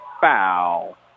foul